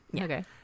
Okay